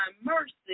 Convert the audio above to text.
mercy